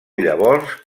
llavors